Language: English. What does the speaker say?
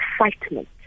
excitement